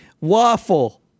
Waffle